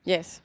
Yes